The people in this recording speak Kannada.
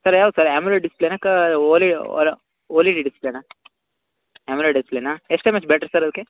ಸರ್ ಯಾವ್ದು ಸರ್ ಆ್ಯಮ್ಲೇಡ್ ಡಿಸ್ಪ್ಲೇನಾ ಓಲಿಡಿ ಓಲಿಡಿ ಡಿಸ್ಪ್ಲೇನಾ ಆ್ಯಮ್ಲೇಡ್ ಡಿಸ್ಪ್ಲೇನಾ ಎಷ್ಟು ಎಮ್ ಎಚ್ ಬ್ಯಾಟ್ರಿ ಸರ್ ಅದಕ್ಕೆ